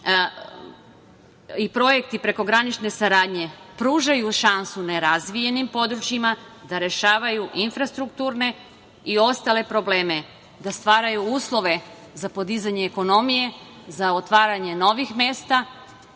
i projekti prekogranične saradnje pružaju šansu nerazvijenim područjima da rešavaju infrastrukturne i ostale probleme, da stvaraju uslove za podizanje ekonomije, za otvaranje novih mesta